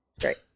Great